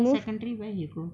secondary where he go